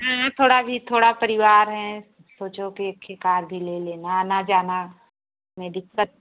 थोड़ा अभी थोड़ा परिवार हैं सोचो अभी के कार भी ले लेना ना जाना में दिक्कत